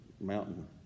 mountain